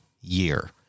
year